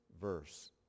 verse